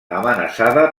amenaçada